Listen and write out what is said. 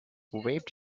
waved